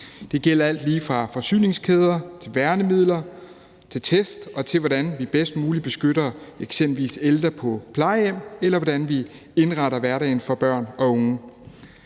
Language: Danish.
Det gælder alt lige fra forsyningskæder, værnemidler, test og til, hvordan vi bedst muligt beskytter eksempelvis ældre på plejehjem, eller hvordan vi indretter hverdagen for børn og unge.